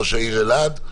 ראש העיר אלעד,